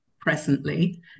presently